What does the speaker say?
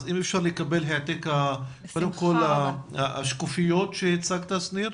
אז אם אפשר לקבל את השקופיות שהציג שניר,